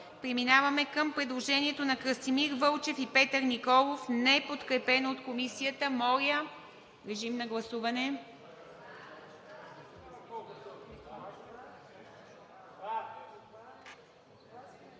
Преминаваме към предложението на Красимир Вълчев и Петър Николов, неподкрепено от Комисията. Гласували